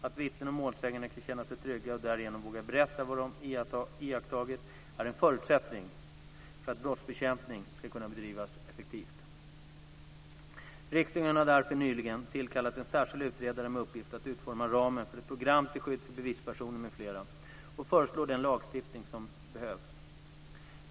Att vittnen och målsägande kan känna sig trygga och därigenom vågar berätta vad de har iakttagit är en förutsättning för att brottsbekämpningen ska kunna bedrivas effektivt. Regeringen har därför, nyligen, tillkallat en särskild utredare med uppgift att utforma ramen för ett program till skydd för bevispersoner m.fl. och föreslå den lagstiftning som behövs .